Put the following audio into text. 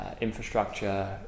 infrastructure